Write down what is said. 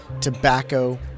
tobacco